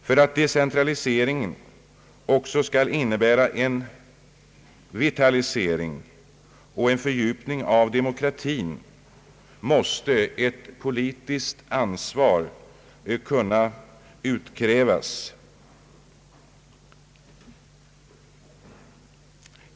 För att deentraliseringen också skall innebära en vitalisering och en fördjupning av demokratin måste ett politiskt ansvar kunna utkrävas.